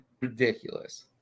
ridiculous